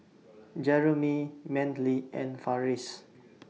Jeremy Manly and Farris